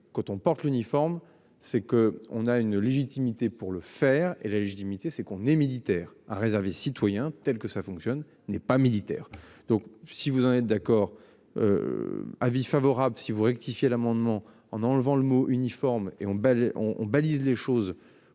quand on porte l'uniforme c'est que on a une légitimité pour le faire et la légitimité, c'est qu'on est militaire a réservé citoyens tels que ça fonctionne n'est pas militaire, donc si vous en êtes d'accord. Avis favorable si vous rectifier l'amendement en enlevant le mot uniforme et ont bel et on